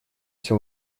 все